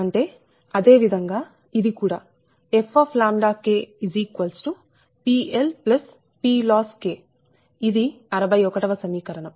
అంటే అదే విధంగా ఇది కూడా f PL PLossK ఇది 61 వ సమీకరణం